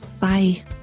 Bye